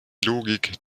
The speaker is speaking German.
logik